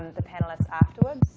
the panelists afterward.